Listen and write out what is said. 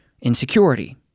insecurity